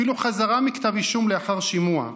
אפילו חזרה מכתב אישום לאחר שימוע,